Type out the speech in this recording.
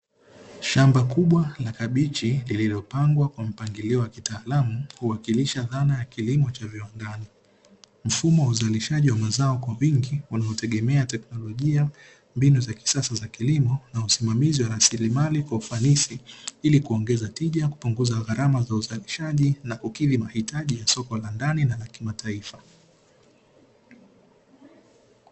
Shamba kubwa la kabichi lililopangwa kwa mpangilio wa kitaalamu huwakilisha dhana ya kilimo cha viwandani. Mfumo wa uzalishaji wa mazao kwa wingi unaotegemea teknolojia, mbinu za kisasa za kilimo na usimamizi wa rasilimali kwa ufanisi ili kuongeza tija, kupunguza gharama za uzalishaji na kukidhi mahitaji ya soko la ndani na la kimataifa.